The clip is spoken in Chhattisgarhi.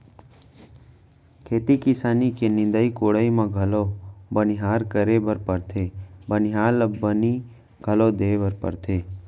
खेती किसानी के निंदाई कोड़ाई म घलौ बनिहार करे बर परथे बनिहार ल बनी घलौ दिये बर परथे